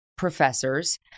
Professors